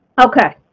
Okay